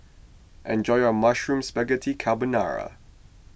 enjoy your Mushroom Spaghetti Carbonara